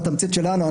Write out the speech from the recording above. בתמצית שלנו,